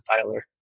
compiler